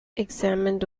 examined